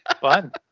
Fun